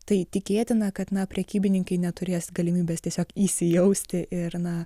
tai tikėtina kad na prekybininkai neturės galimybės tiesiog įsijausti ir na